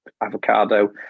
avocado